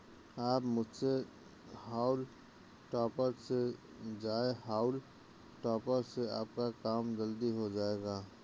आप मुझसे हॉउल टॉपर ले जाएं हाउल टॉपर से आपका काम जल्दी हो जाएगा